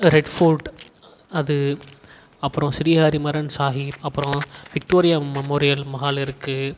red fort அது அப்புறம் ஸ்ரீ ஹரிமாறன் சாஹீர் அப்புறம் விக்டோரியா மெமோரியல் மஹால் இருக்குது